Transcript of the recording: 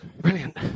Brilliant